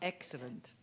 Excellent